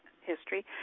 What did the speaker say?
History